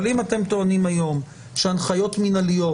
אבל אם אתם טוענים היום שהנחיות מנהליות